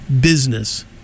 business